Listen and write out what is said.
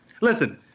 listen